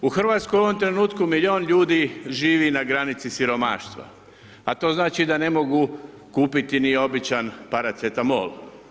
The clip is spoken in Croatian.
U Hrvatskoj u ovom trenutku milijun ljudi živi na granici siromaštva a to znači da ne mogu kupiti ni običan Paracetamol.